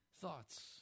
thoughts